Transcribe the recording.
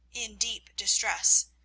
in deep distress,